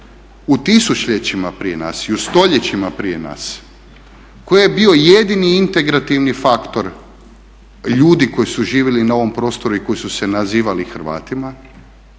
u tisućljećima prije nas i u stoljećima prije nas koji je bio jedini integrativni faktor ljudi koji su živjeli na ovom prostoru i koji su se nazivali Hrvatima